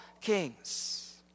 kings